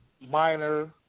Minor